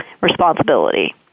responsibility